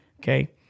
Okay